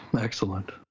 Excellent